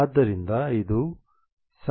ಆದ್ದರಿಂದ ಇದು ψ213 ಆಗಿದೆ